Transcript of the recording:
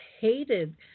hated